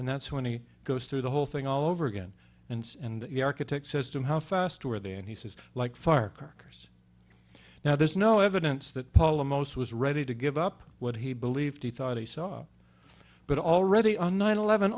and that's when he goes through the whole thing all over again and and the architect system how fast were they and he says like firecrackers now there's no evidence that paula most was ready to give up what he believed he thought he saw but already on nine eleven